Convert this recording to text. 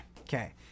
Okay